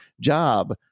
job